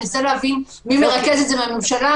ננסה להבין מי מרכז את זה מהממשלה.